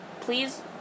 please